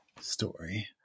story